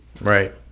Right